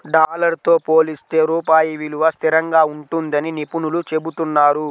dollar తో పోలిస్తే రూపాయి విలువ స్థిరంగా ఉంటుందని నిపుణులు చెబుతున్నారు